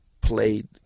played